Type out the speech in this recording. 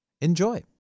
Enjoy